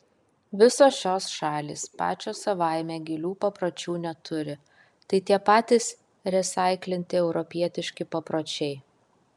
visos šios šalys pačios savaime gilių papročių neturi tai tie patys resaiklinti europietiški papročiai